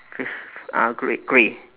facia~ uh grey grey